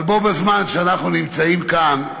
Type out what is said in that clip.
אבל בו בזמן שאנחנו נמצאים כאן,